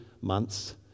months